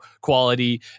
quality